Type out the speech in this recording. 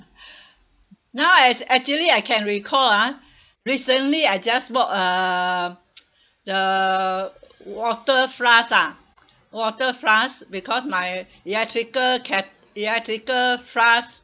now I actually I can recall ah recently I just bought a the water flask ah water flask because my electrical ket~ electrical flask